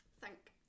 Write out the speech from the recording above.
Thank